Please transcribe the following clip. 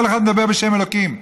כל אחד מדבר בשם אלוקים.